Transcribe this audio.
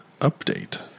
update